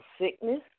sickness